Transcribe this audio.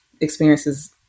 experiences